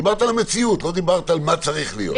דיברת על המציאות, לא על מה צריך להיות.